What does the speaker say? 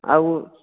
ଆଉ